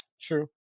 True